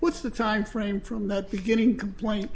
what's the timeframe from the beginning complain